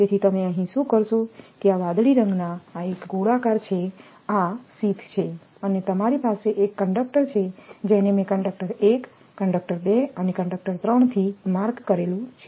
તેથી તમે અહીં શું કરશો કે આ વાદળી રંગના એક ગોળાકાર છે આ શીથછે અને તમારી પાસે એક કંડક્ટર છે જેને મે કંડક્ટર 1 કંડક્ટર 2 અને કંડક્ટર 3થી માર્ક કરેલું છે